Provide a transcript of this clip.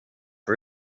for